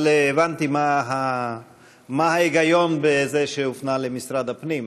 אבל הבנתי מה ההיגיון בכך שזה הופנה למשרד הפנים.